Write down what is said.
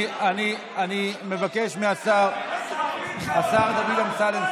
אני מבקש מהשר דוד אמסלם,